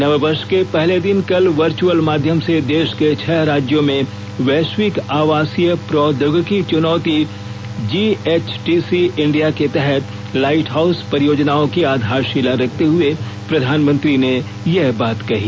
नववर्ष के पहले दिन कल वर्चुअल माध्यम से देश के छह राज्यों में वैश्विक आवासीय प्रौद्योगिकी चुनौती जीएचटीसी इंडिया के तहत लाइट हाउस परियोजनाओं की आधारशिला रखते हुए प्रधानमंत्री ने यह बात कही